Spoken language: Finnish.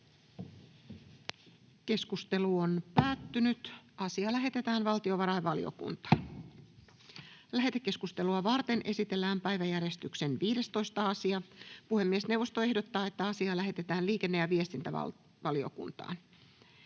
muuttamisesta Time: N/A Content: Lähetekeskustelua varten esitellään päiväjärjestyksen 15. asia. Puhemiesneuvosto ehdottaa, että asia lähetetään liikenne- ja viestintävaliokuntaan.